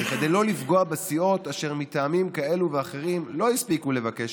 כדי לא לפגוע בסיעות אשר מטעמים כאלה ואחרים לא הספיקו לבקש